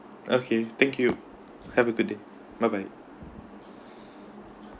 okay thank you have a good day bye bye